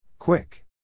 Quick